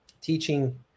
teaching